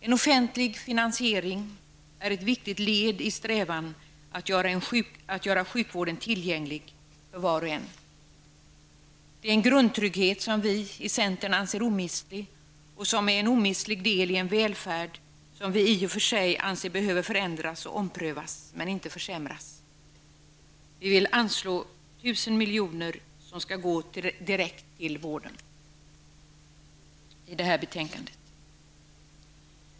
En offentlig finansiering är ett viktigt led i strävan att göra sjukvården tillgänglig för var och en. Det är en grundtrygghet som vi i centern anser omistlig och som är en omistlig del i en välfärd som vi i och för sig anser behöver förändras och omprövas men inte försämras. Vi vill anslå 1 000 miljoner som skall gå direkt till vården.